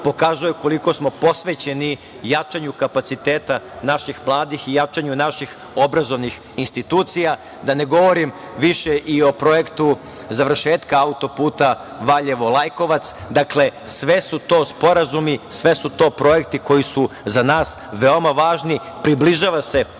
Pokazuje koliko smo posvećeni jačanju kapaciteta naših mladih i jačanju naših obrazovnih institucija. Da ne govorom više i o projektu završetka auto-puta Valjevo – Lajkovac. Dakle, sve su to sporazumi, sve su to projekti koji su za nas veoma važni. Približava se